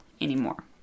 anymore